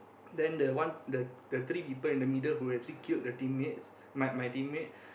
then the one the the three people in the middle who actually killed the teammate my teammate